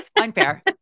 Unfair